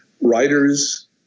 writers